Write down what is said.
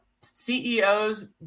ceos